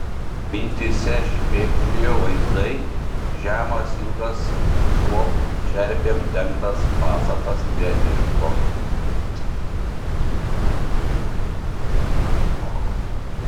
mintyse šmėkščiojo vaizdai žemas ilgas pilkšvom čerpėm dengtas pastatas prie miško